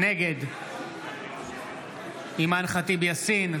נגד אימאן ח'טיב יאסין,